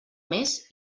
més